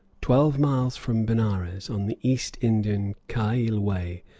twelve miles from benares, on the east indian kail way,